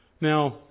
Now